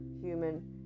human